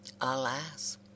alas